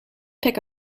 pick